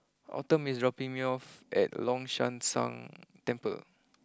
autumn is dropping me off at long Shan Tang Temple